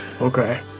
Okay